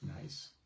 Nice